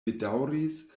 bedaŭris